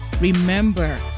Remember